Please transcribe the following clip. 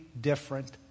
different